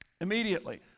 Immediately